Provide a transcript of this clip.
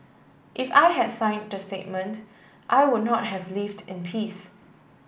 if I had signed that statement I would not have lived in peace